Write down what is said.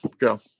go